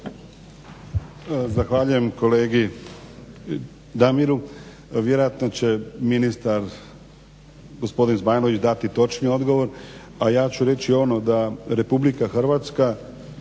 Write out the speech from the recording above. Zahvaljujem kolegi Damiru. Vjerojatno će ministar, gospodin Zmajlović dati točniji odgovor, a ja ću reći ono da Republika Hrvatska